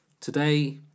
Today